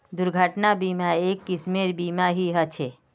दुर्घटना बीमा, एक किस्मेर बीमा ही ह छे